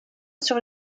sur